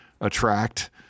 attract